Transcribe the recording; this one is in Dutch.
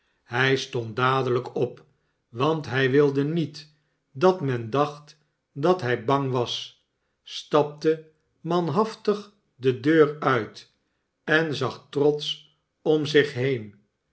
hij stond dadelijk op want hij wilde niet dat men dacht dat hij bang was stapte manhaftig de deur uit en zag trotsch om zich heen